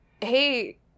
hey